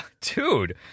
dude